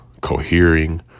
cohering